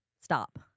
Stop